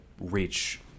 reach